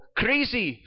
crazy